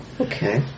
Okay